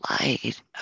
light